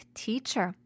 teacher